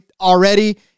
already